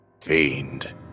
Fiend